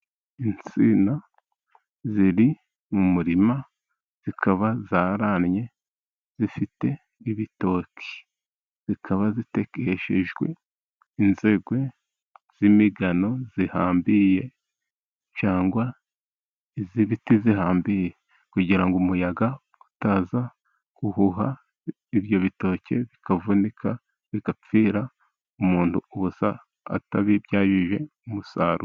Insina ziri mu murima zikaba zarannye zifite ibitoki. Zikaba zitegeshejwe inzego z'imigano zihambiriye cyangwa iz'ibiti zihambiriye, kugira ngo umuyaga utaza guhuha, ibyo bitoki bikavunika bigapfira umuntu ubusa, atabibyaje umusaruro.